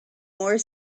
more